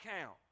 count